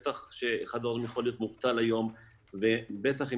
בטח כשאחד ההורים יכול להיות מובטל היום ובטח אם